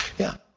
yeah.